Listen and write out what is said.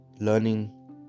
learning